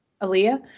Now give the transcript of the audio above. Aaliyah